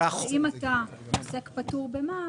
אם אתה עוסק פטור במע"מ,